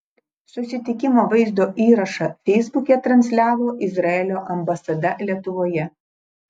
susitikimo vaizdo įrašą feisbuke transliavo izraelio ambasada lietuvoje